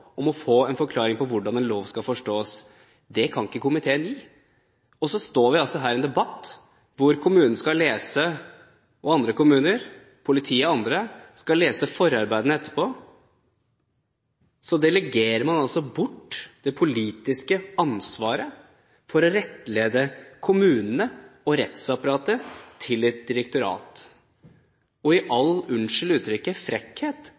om å få en forklaring på hvordan en lov skal forstås. Det kan ikke komiteen gi, og så står vi her i en debatt hvor kommunene og politiet og andre skal lese forarbeidene etterpå. Så delegerer man altså bort det politiske ansvaret for å rettlede kommunene og rettsapparatet til et direktorat. I all frekkhet – unnskyld uttrykket